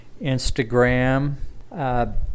Instagram